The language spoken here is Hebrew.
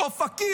אופקים,